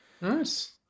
Nice